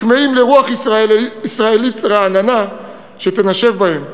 הכמהים לרוח ישראלית רעננה שתנשב בהם.